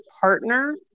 partner